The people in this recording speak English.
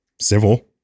civil